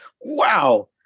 wow